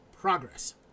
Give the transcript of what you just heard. progress